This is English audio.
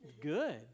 good